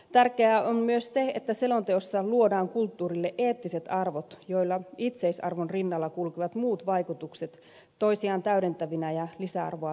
tärkeää on myös se että selonteossa luodaan kulttuurille eettiset arvot jolloin itseisarvon rinnalla kulkevat muut vaikutukset toisiaan täydentävinä ja lisäarvoa tuovina